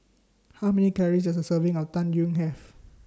How Many Calories Does A Serving of Tang Yuen Have